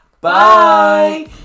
Bye